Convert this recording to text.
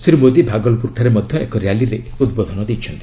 ଶ୍ରୀ ମୋଦି ଭାଗଲ୍ପୁରଠାରେ ମଧ୍ୟ ଏକ ର୍ୟାଲିରେ ଉଦ୍ବୋଧନ ଦେଇଛନ୍ତି